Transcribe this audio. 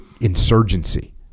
insurgency